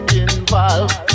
involved